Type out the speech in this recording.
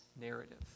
narrative